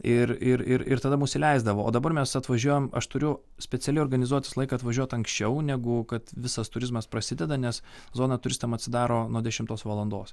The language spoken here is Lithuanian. ir ir ir ir tada mus įleisdavo o dabar mes atvažiuojam aš turiu specialiai organizuot laiką atvažiuot anksčiau negu kad visas turizmas prasideda nes zona turistam atsidaro nuo dešimtos valandos